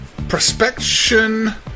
Prospection